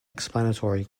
explanatory